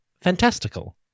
fantastical